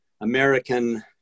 American